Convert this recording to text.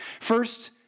First